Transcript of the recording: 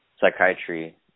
psychiatry